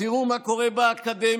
תראו מה קורה באקדמיה,